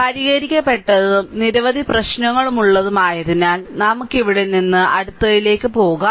പരിഹരിക്കപ്പെട്ടതും നിരവധി പ്രശ്നങ്ങൾ ഉള്ളതുമായതിനാൽ നമുക്ക് ഇവിടെ നിന്നും അടുത്തതിലേക്ക് പോകാം